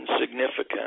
significant